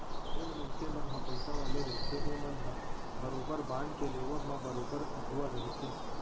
जेन मनसे मन ह पइसा वाले रहिथे ओमन ह बरोबर बांड के लेवब म बरोबर अघुवा रहिथे